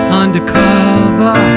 undercover